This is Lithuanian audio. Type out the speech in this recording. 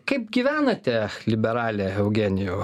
kaip gyvenate liberale eugenijau